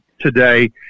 today